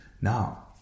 Now